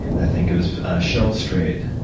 i think. it was sheryl strayed,